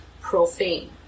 profane